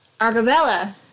Argabella